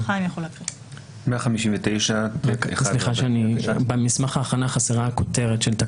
159ט1 ו-159ט2 לפרק ג' בחלק